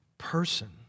person